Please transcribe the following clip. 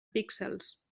píxels